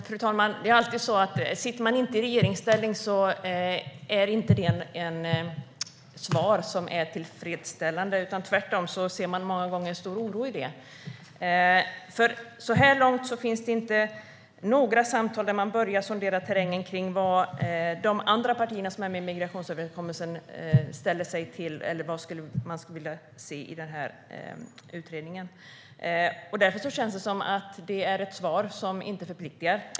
Fru talman! Om man inte sitter i regeringsställning är detta inte ett svar som är tillfredsställande, utan tvärtom ser jag en stor oro i det. Så här långt har det inte funnits några samtal för att börja sondera terrängen kring vad de andra partierna i migrationsöverenskommelsen skulle vilja se i utredningen. Därför känns det som att det här är ett svar som inte förpliktar.